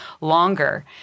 longer